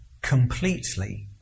completely